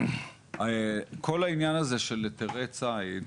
כל העניין הזה של היתרי ציד,